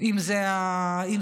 אם זו המשוואה?